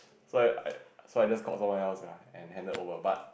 so I I so I just call someone else lah and handed over but